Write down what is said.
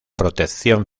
protección